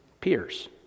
Peers